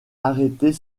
arrêter